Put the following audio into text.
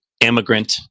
immigrant